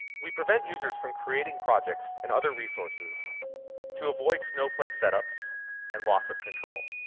we prevent users from creating projects and other resources to avoid snowflake setups and loss of control.